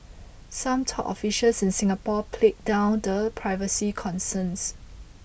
some top officials in Singapore played down the privacy concerns